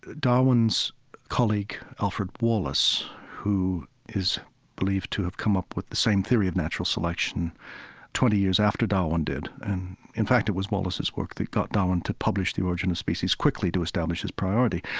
darwin's colleague alfred wallace, who is believed to have come up with the same theory of natural selection twenty years after darwin did, and in fact, it was wallace's work that got darwin to publish the origin of species quickly to establish his priority.